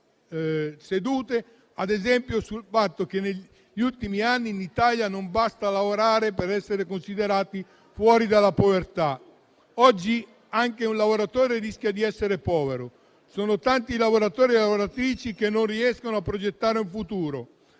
sedute - ad esempio sul fatto che negli ultimi anni in Italia non basta lavorare per essere considerati fuori dalla povertà. Oggi anche un lavoratore rischia di essere povero. Sono tanti i lavoratori e le lavoratrici che non riescono a progettare un futuro.